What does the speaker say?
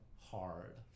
hard